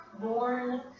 born